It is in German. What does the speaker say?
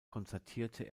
konzertierte